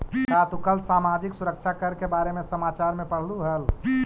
का तू कल सामाजिक सुरक्षा कर के बारे में समाचार में पढ़लू हल